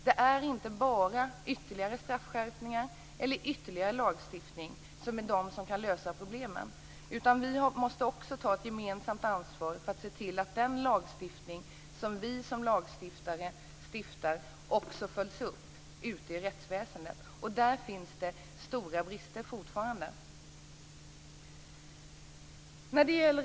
Det är inte bara ytterligare straffskärpningar eller ytterligare lagstiftning som kan lösa problemen. Vi måste också ta ett gemensamt ansvar för att se till att de lagar som vi som lagstiftare stiftar också följs upp ute i rättsväsendet. Där finns det fortfarande stora brister.